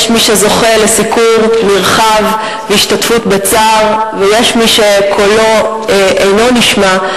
יש מי שזוכה לסיקור נרחב והשתתפות בצער ויש מי שקולו אינו נשמע.